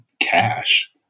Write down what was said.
cash